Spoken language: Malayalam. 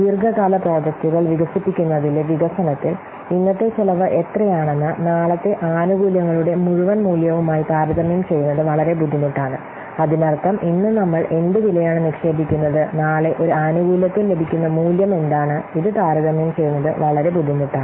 ദീർഘകാല പ്രോജക്ടുകൾ വികസിപ്പിക്കുന്നതിലെ വികസനത്തിൽ ഇന്നത്തെ ചെലവ് എത്രയാണെന്ന് നാളത്തെ ആനുകൂല്യങ്ങളുടെ മുഴുവൻ മൂല്യവുമായി താരതമ്യം ചെയ്യുന്നത് വളരെ ബുദ്ധിമുട്ടാണ് അതിനർത്ഥം ഇന്ന് നമ്മൾ എന്തുവിലയാണ് നിക്ഷേപിക്കുന്നത് നാളെ ഒരു ആനുകൂല്യത്തിൽ ലഭിക്കുന്ന മൂല്യം എന്താണ് ഇത് താരതമ്യം ചെയ്യുന്നത് വളരെ ബുദ്ധിമുട്ടാണ്